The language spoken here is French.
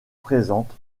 présente